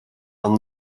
and